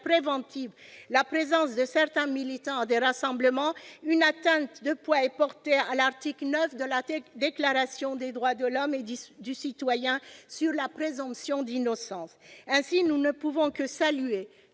préventive la présence de certains militants à des rassemblements, une atteinte de poids est portée à l'article IX de la Déclaration des droits de l'homme et du citoyen, portant sur la présomption d'innocence. Ainsi, nous ne pouvons que saluer